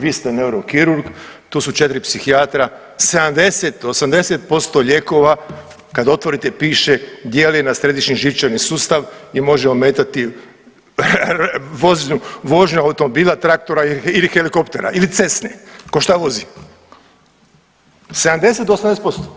Vi ste neurokirurg, tu su 4 psihijatra, 70-80% lijekova kad otvorite piše djeluje na središnji živčani sustav i može ometati vožnju automobila, traktora ili helikoptera ili cesne ko šta vozi, 70 do 80%